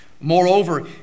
Moreover